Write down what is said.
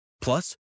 Plus